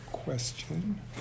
Question